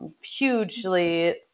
hugely